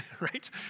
right